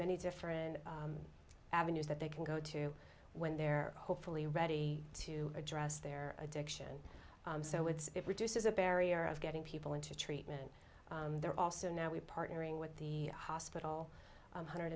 many different avenues that they can go to when they're hopefully ready to address their addiction so it's it reduces a barrier of getting people into treatment they're also now we're partnering with the hospital one hundred